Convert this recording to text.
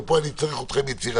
ופה אני צריך אתכם יצירתיים,